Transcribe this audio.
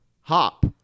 Hop